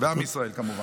ועם ישראל, כמובן.